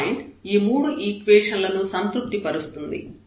ఈ పాయింట్ ఈ మూడు ఈక్వేషన్ లను సంతృప్తి పరుస్తుంది